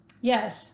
Yes